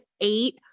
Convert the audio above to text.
eight